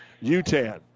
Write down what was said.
UTAN